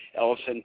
Ellison